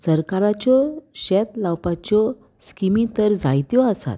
सरकाराच्यो शेत लावपाच्यो स्किमी तर जायत्यो आसात